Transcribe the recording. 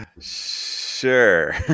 Sure